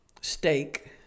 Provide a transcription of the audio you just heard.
steak